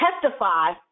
testify